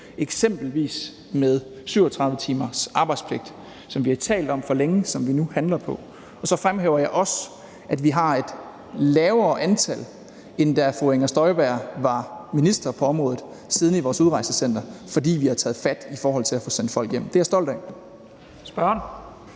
eksempelvis med 37 timers arbejdspligt, som vi har talt om for længe, og som vi nu handler på. Og så fremhæver jeg også, at vi har et lavere antal, end da fru Inger Støjberg var minister på området, siddende i vores udrejsecentre, fordi vi har taget fat i forhold til at få sendt folk hjem. Det er jeg stolt af. Kl.